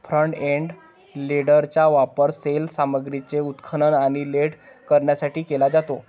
front end लोडरचा वापर सैल सामग्रीचे उत्खनन आणि लोड करण्यासाठी केला जातो